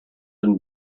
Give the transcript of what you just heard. and